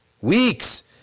Weeks